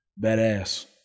badass